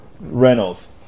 Reynolds